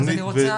אז אני רוצה,